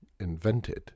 Invented